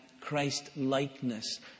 Christ-likeness